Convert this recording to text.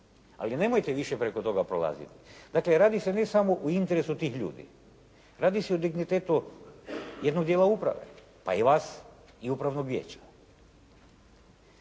ali nemojte više preko toga prolaziti. Dakle, radi se ne samo o interesu tih ljudi. Radi se o dignitetu jednog dijela uprave, pa i vas i upravnog vijeća.